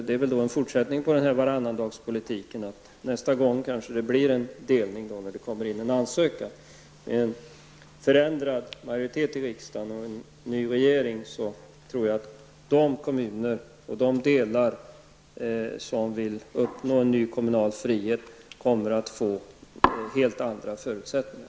Det är väl en fortsättning på varannandagspolitiken. Nästa gång kanske det blir en delning när det kommer in en ansökan. Med en förändrad majoritet i riksdagen och en ny regering tror jag att de kommuner och de delar som vill uppnå en ny kommunal frihet kommer att få helt andra förutsättningar.